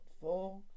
Four